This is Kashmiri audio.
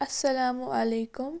اَسَلام وعلیکُم